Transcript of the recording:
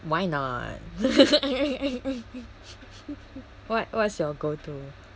why not what what's your go to